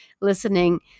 listening